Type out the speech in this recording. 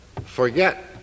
forget